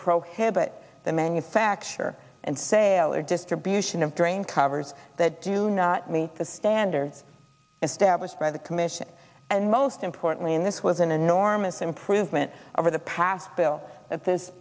prohibit the manufacture and sale or distribution of drain covers that do not meet the standards established by the commission and most importantly in this was an enormous improvement over the past bill at this